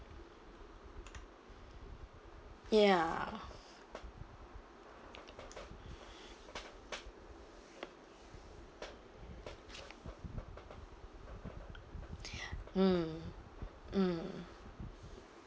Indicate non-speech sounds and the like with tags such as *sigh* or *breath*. mm ya *breath* mm mm